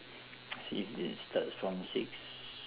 see if it starts from six